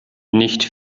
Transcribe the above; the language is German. nicht